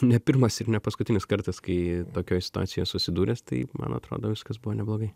ne pirmas ir ne paskutinis kartas kai tokioj situacijoj esu susidūręs tai man atrodo viskas buvo neblogai